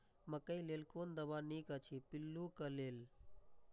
मकैय लेल कोन दवा निक अछि पिल्लू क लेल?